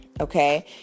Okay